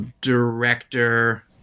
director